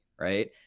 right